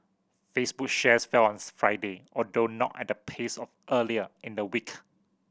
Facebook shares fell on Friday although not at the pace of earlier in the week